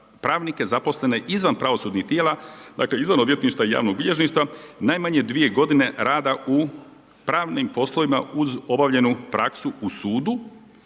pravnike zaposlene izvan pravosudnih tijela, dakle izvan odvjetništva i javnog bilježništva najmanje 2 g. rada u pravim poslovima uz obavljenu praksu u sudu